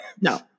No